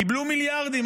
קיבלו מיליארדים,